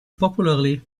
popularly